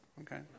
Okay